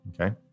Okay